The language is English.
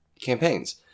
campaigns